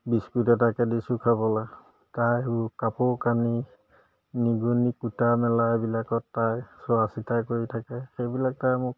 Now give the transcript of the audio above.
biscuit এটাকে দিছো খাবলৈ তাই কাপোৰ কানি নিগনি কুটা মেলা এইবিলাকত তাইৰ চোৱা চিতা কৰি থাকে সেইবিলাক তাই মোক